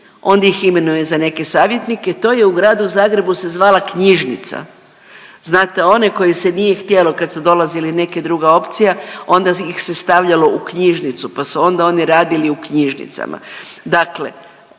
Onda ih imenuje za neke savjetnike, to je u Gradu Zagrebu se zvala knjižnica. Znate, onaj koji se nije htjelo, kad su dolazili neka druga opcija, onda ih se stavljalo u knjižnicu pa su onda oni radili u knjižnicama. Dakle